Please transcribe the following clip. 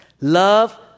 Love